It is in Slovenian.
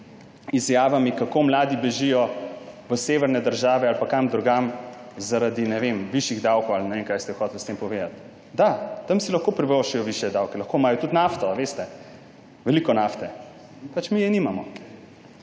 izjavami, kako mladi bežijo v severne države ali pa kam drugam zaradi, ne vem, višjih davkov ali ne vem, kaj ste hotel s tem povedati. Da, tam si lahko privoščijo višje davke, lahko imajo tudi nafto. Veliko nafte. Mi je nimamo.